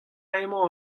emañ